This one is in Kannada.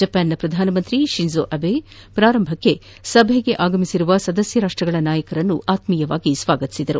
ಜಪಾನ್ನ ಪ್ರಧಾನಿ ಶಿಂಜೋ ಅಬೆ ಪ್ರಾರಂಭಕ್ಷೆ ಸಭೆಗೆ ಆಗಮಿಸಿರುವ ಸದಸ್ನ ರಾಷ್ಷಗಳ ನಾಯಕರನ್ನು ಆತ್ನೀಯವಾಗಿ ಸ್ವಾಗತಿಸಿದರು